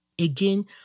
Again